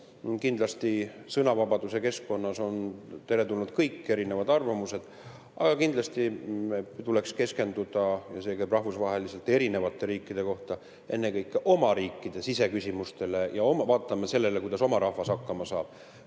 öelda, et sõnavabaduse keskkonnas on teretulnud kõik erinevad arvamused, aga kindlasti tuleks keskenduda – ja see käib rahvusvaheliselt erinevate riikide kohta – ennekõike oma riikide siseküsimustele ja vaadata seda, kuidas oma rahvas hakkama saab.